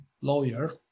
lawyer